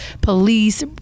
police